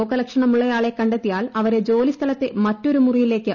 രോഗലക്ഷണമുള്ളയാളെ കണ്ടെത്തിയാൽ അവരെ ജോലിസ്ഥലത്തിലെ മറ്റൊരു മുറിയിലേക്ക് മാറ്റണം